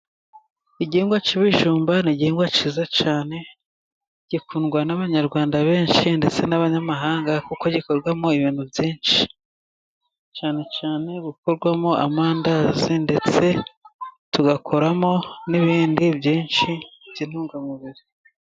Igihingwa cy'ibijumba ni igihingwa cyiza cyane gikundwa n'abanyarwanda benshi ndetse n'abanyamahanga kuko gikorwamo ibintu byinshi cyane, gikorwamo amandazi ndetse tugakoramo n'ibindi byinshi by'intungamubiri.